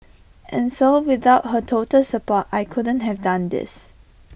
and so without her total support I couldn't have done this